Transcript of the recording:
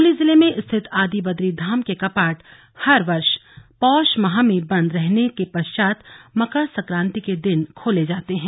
चमोली जिले में स्थित आदिबदरी धाम के कपाट हर वर्ष पौष माह में बंद रहने के पश्चात मकर संकाति के दिन खोले जाते हैं